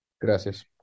Gracias